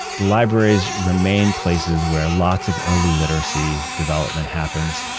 the libraries remain places where lots of early literacy development happens.